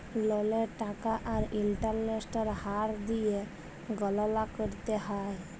ললের টাকা আর ইলটারেস্টের হার দিঁয়ে গললা ক্যরতে হ্যয়